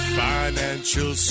financial